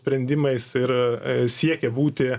sprendimais ir siekia būti